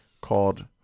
called